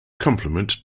complement